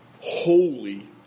holy